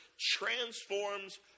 transforms